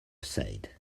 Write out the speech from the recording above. said